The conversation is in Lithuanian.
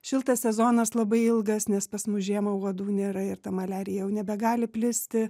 šiltas sezonas labai ilgas nes pas mus žiemą uodų nėra ir ta maliarija jau nebegali plisti